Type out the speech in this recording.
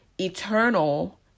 eternal